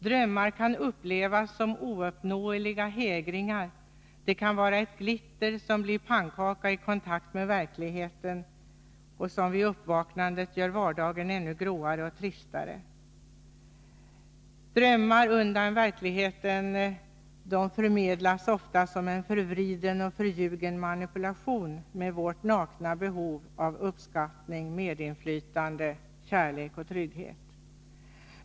Drömmar kan upplevas som ouppnåeliga hägringar. De kan vara ett glitter, som blir pannkaka i kontakt med verkligheten och som vid uppvaknandet gör vardagen ännu gråare och tristare. Drömmar undan verkligheten förmedlas ofta som en förvriden och förljugen manipulation med vårt nakna behov av uppskattning, medinflytande, kärlek och trygghet.